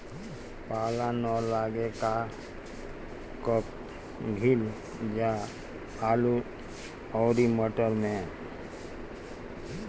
पाला न लागे का कयिल जा आलू औरी मटर मैं?